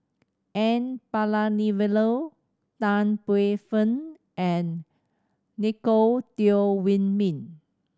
N Palanivelu Tan Paey Fern and Nicolette Teo Wei Min